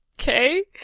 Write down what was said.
okay